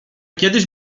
kiedyś